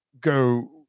go